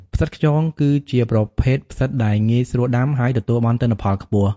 ផ្សិតខ្យង គឺជាប្រភេទផ្សិតដែលងាយស្រួលដាំ ហើយទទួលបានទិន្នផលខ្ពស់។